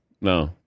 No